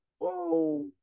whoa